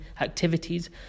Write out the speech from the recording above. activities